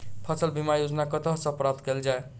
फसल बीमा योजना कतह सऽ प्राप्त कैल जाए?